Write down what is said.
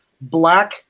black